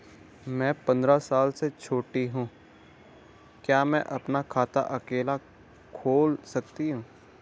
मैं पंद्रह साल से छोटी हूँ क्या मैं अपना खाता अकेला खोल सकती हूँ?